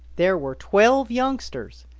there were twelve youngsters,